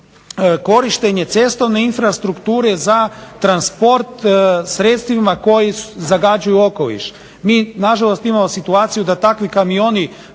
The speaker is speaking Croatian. korištenje cestovne infrastrukture za transport sredstvima koji zagađuju okoliš. Mi nažalost imamo situaciju da takvi kamioni